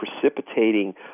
precipitating